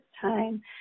time